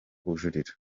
kujurira